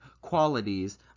qualities